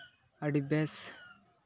ᱟᱹᱰᱤ ᱵᱮᱥ